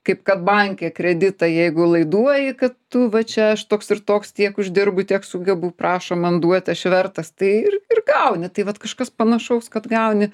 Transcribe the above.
kaip kad banke kreditą jeigu laiduoji kad tu va čia aš toks ir toks tiek uždirbu tiek sugebu prašom man duot aš vertas tai ir ir gauni tai vat kažkas panašaus kad gauni